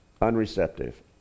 unreceptive